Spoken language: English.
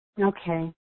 Okay